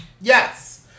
yes